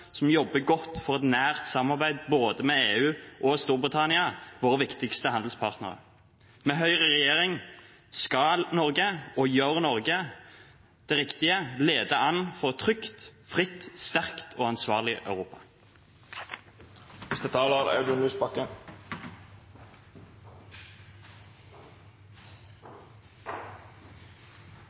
som jobber godt for et nært samarbeid med både EU og Storbritannia, våre viktigste handelspartnere. Med Høyre i regjering skal Norge gjøre – og gjør Norge – det riktige: Vi leder an for et trygt, fritt, sterkt og ansvarlig